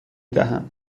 دهم